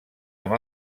amb